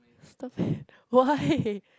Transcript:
stop it why